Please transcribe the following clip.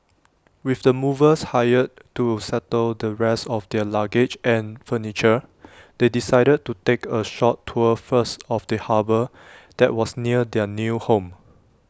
with the movers hired to settle the rest of their luggage and furniture they decided to take A short tour first of the harbour that was near their new home